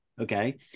okay